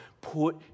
Put